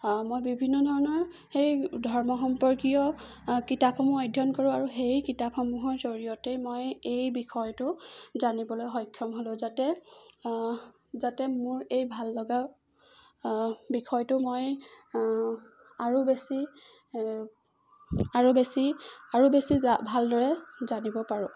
মই বিভিন্ন ধৰণৰ সেই ধৰ্মসম্পৰ্কীয় কিতাপসমূহ অধ্যয়ন কৰোঁ আৰু সেই কিতাপসমূহৰ জৰিয়তেই মই এই বিষয়টো জানিবলৈ সক্ষম হ'লোঁ যাতে যাতে মোৰ এই ভাল লগা বিষয়টো মই আৰু বেছি আৰু বেছি আৰু বেছি জা ভালদৰে জানিব পাৰোঁ